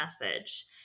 message